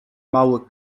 mały